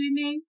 swimming